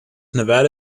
nevada